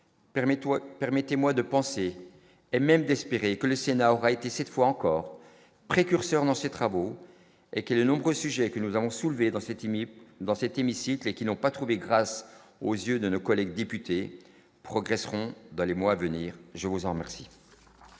permettez-moi de penser, et même d'espérer que le Sénat aura été cette fois encore, précurseur dans ses travaux et que de nombreux sujets que nous avons soulevés dans ce timide dans cet hémicycle et qui n'ont pas trouvé grâce aux yeux de nos collègues députés progresseront dans les mois à venir, je vous en remercie.